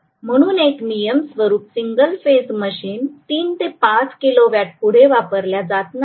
म्हणून एक नियम स्वरूप सिंगल फेज मशीन 3 ते 5 किलोवॅट पुढे वापरल्या जात नाहीत